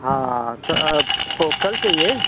हाँ अब तो कल चाहिए